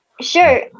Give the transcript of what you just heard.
Sure